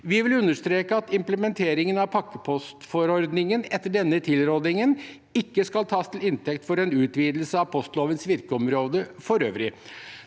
Vi vil understreke at implementeringen av pakkepostforordningen etter denne tilrådingen ikke skal tas til inntekt for en utvidelse av postlovens virkeområde for øvrig.